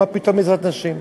מה פתאום עזרת נשים?